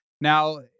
now